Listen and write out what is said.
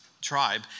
tribe